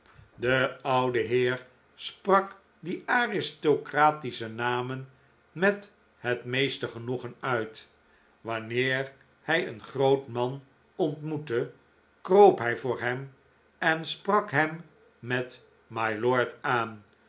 de oude heer sprak die aristocratische namen met het meeste genoegen uit wanneer hij een groot man ontmoette kroop hij voor hem en sprak hem met mylord aan